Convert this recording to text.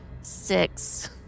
Six